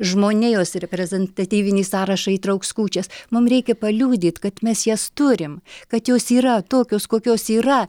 žmonijos reprezentatyvinį sąrašą įtrauks kūčias mum reikia paliudyt kad mes jas turim kad jos yra tokios kokios yra